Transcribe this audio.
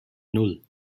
nan